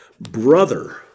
brother